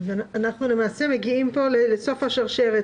" אנחנו למעשה מגיעים פה לסוף השרשרת.